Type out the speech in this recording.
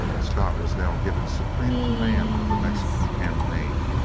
scott was now given supreme command of the mexican campaign,